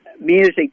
music